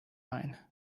line